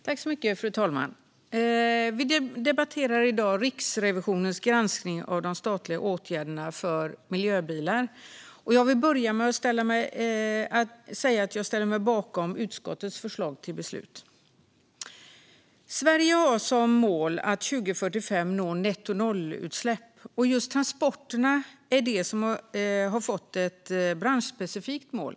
Fru talman! Vi debatterar i dag Riksrevisionens granskning av de statliga åtgärderna för miljöbilar. Jag vill börja med att säga att jag ställer mig bakom utskottets förslag till beslut. Sverige har som mål att 2045 nå nettonollutsläpp, och just transporterna har fått ett branschspecifikt mål.